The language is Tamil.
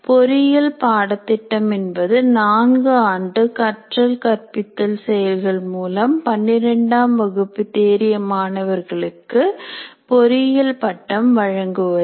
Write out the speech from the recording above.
பொறியியல் பாடத்திட்டம் என்பது நான்கு ஆண்டு கற்றல் கற்பித்தல் செயல்கள் மூலம் பன்னிரண்டாம் வகுப்பு தேறிய மாணவர்களுக்கு பொறியியல் பட்டம் வழங்குவது